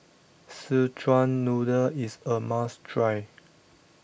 Szechuan Noodle is a must try